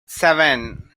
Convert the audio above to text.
seven